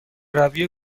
روی